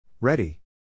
Ready